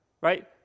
Right